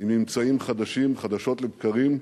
עם ממצאים חדשים חדשות לבקרים,